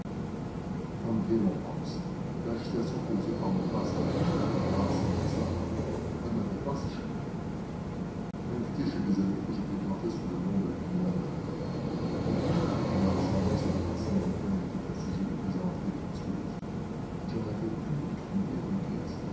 comme bien l'on pense l'agitation causée par mon passage à travers la gare saint-lazare ne m'avait pas échappé invité chez des amis que je fréquentais sous le nom de guillaume berlat et pour qui ma ressemblance avec arsène lupin était un sujet de plaisanteries affectueuses je n'avais pu me grimer à ma guise